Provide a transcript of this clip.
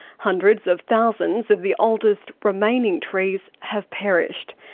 hundreds of thousands of the oldest remaining trees have perished.